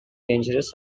dangerous